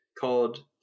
called